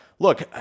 Look